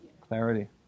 clarity